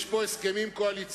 יש פה הסכמים קואליציוניים,